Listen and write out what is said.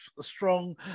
strong